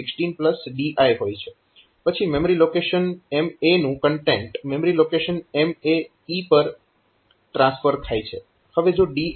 પછી memory location MA નું content memory location MAE પર ટ્રાન્સફર થાય છે